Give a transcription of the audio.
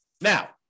Now